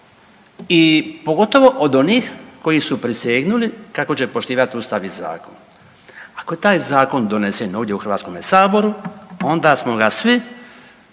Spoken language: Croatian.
i pogotovo od onih koji su prisegnuli kako će poštivati Ustav i zakon. Ako je taj zakon donesen ovdje u HS-u onda smo ga svi